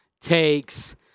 takes